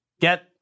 get